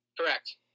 Correct